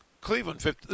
Cleveland